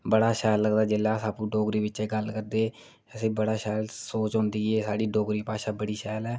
गी बड़ा शैल लगदा जेल्लै अस डोगरी च गल्ल करदे असें बड़ी शैल सोच औंदी कि साढ़ी डोगरी भाशा बड़ी शैल ऐ